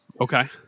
okay